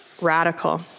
radical